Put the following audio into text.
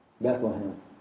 Bethlehem